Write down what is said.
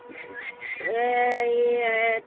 এই হেৰি